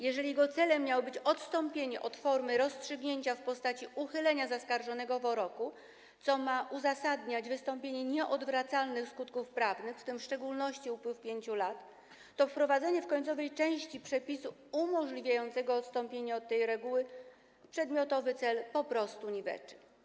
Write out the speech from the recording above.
Jeżeli jego celem miało być odstąpienie od formy rozstrzygnięcia w postaci uchylenia zaskarżonego wyroku, co ma uzasadniać wystąpienie nieodwracalnych skutków prawnych, w tym w szczególności upływ 5 lat, to wprowadzenie w końcowej części przepisu umożliwiającego odstąpienie od tej reguły przedmiotowy cel po prostu niweczy.